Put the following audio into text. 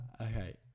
Okay